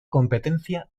competencia